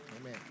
Amen